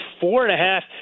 four-and-a-half